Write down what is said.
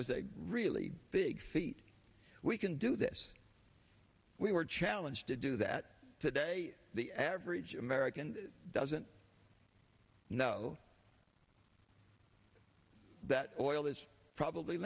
was a really big feat we can do this we were challenged to do that today the average american doesn't know that oil is probably